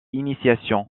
initiation